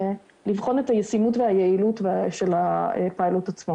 שהיתרונות יעלו על החסרונות ונציל